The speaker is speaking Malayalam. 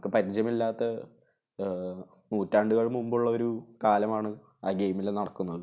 നമുക്ക് പരിചയമില്ലാത്ത നൂറ്റാണ്ടുകൾ മുമ്പുള്ള ഒരു കാലമാണ് ആ ഗയിമിൽ നടക്കുന്നത്